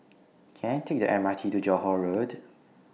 Can I Take The M R T to Johore Road